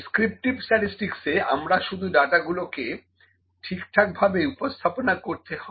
descriptive স্ট্যাটিসটিকসে আমাদের শুধু ডাটাগুলোকে ঠিকঠাকভাবে উপস্থাপনা করতে হয়